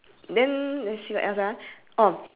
we only have like one two three four five six seven